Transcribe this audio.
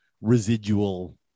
residual